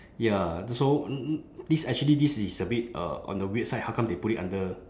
ya so this actually this is a bit uh on the weird side how come they put it under